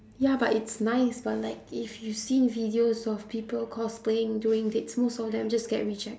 ya but it's nice but like if you've seen videos of people cosplaying during dates most of them just get reject~